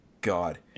god